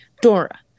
Dora